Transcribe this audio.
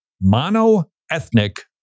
mono-ethnic